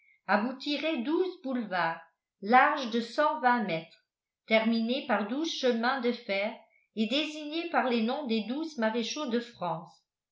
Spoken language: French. aboutiraient douze boulevards larges de cent vingt mètres terminés par douze chemins de fer et désignés par les noms des douze maréchaux de france